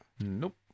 Nope